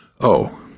Oh